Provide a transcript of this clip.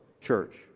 church